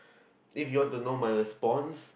if you don't know my response